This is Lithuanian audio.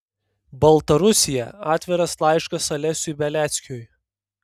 baltarusija atviras laiškas alesiui beliackiui